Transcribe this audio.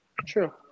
True